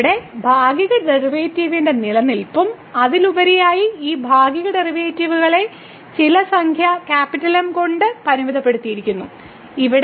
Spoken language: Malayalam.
ഇവിടെ ഭാഗിക ഡെറിവേറ്റീവിന്റെ നിലനിൽപ്പും അതിലുപരിയായി ഈ ഭാഗിക ഡെറിവേറ്റീവുകളെ ചില സംഖ്യ M കൊണ്ട് പരിമിതപ്പെടുത്തിയിരിക്കുന്നു ഇവിടെ